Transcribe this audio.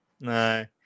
No